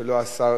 שלא השר,